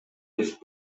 кесип